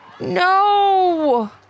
No